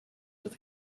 with